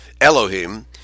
Elohim